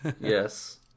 Yes